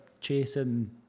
chasing